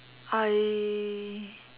I